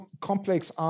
Complex